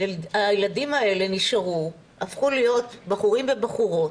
הילדים האלו נשארו, הפכו להיות בחורים ובחורות,